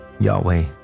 Yahweh